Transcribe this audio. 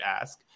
ask